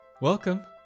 Welcome